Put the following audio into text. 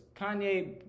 Kanye